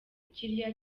kiriya